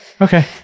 Okay